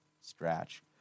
scratch